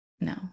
No